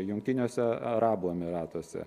jungtiniuose arabų emyratuose